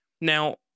Now